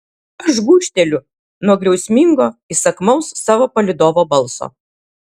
aš gūžteliu nuo griausmingo įsakmaus savo palydovo balso